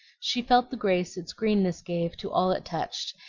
she felt the grace its greenness gave to all it touched,